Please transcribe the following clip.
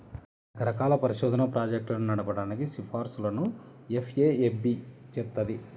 రకరకాల పరిశోధనా ప్రాజెక్టులను నడపడానికి సిఫార్సులను ఎఫ్ఏఎస్బి చేత్తది